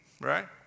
Right